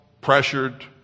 pressured